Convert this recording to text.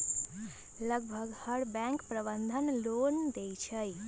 लगभग हर bank Bandhan loan देई छई